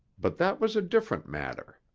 but that was a different matter.